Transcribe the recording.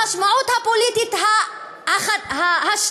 המשמעות הפוליטית השנייה,